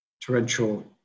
torrential